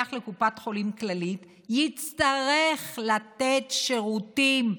ששייך לקופת חולים כללית, יצטרך לתת שירותים,